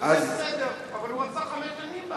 וזה בסדר, אבל הוא רצה חמש שנים בהתחלה.